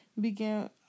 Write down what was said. began